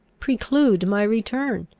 preclude my return.